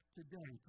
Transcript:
today